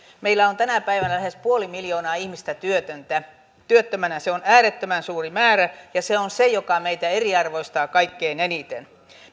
meillä on tänä päivänä lähes puoli miljoonaa ihmistä työttömänä se on äärettömän suuri määrä ja se on se joka meitä eriarvoistaa kaikkein eniten